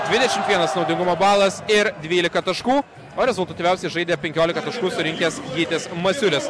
dvidešimt vienas naudingumo balas ir dvylika taškų o rezultatyviausiai žaidė penkioliką taškų surinkęs gytis masiulis